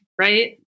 right